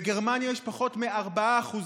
בגרמניה יש פחות מ-4%,